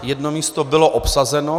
Jedno místo bylo obsazeno.